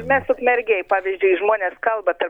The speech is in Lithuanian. mes ukmergėj pavyzdžiui žmonės kalba kad